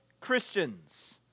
Christians